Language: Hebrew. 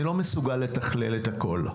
אני לא מסוגל לתכלל את הכול.